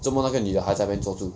做么那个女的还在那边坐着